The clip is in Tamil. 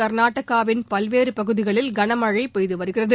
கா்நாடகாவின் பல்வேறு பகுதிகளில் கனமழை பெய்த வருகிறது